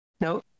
No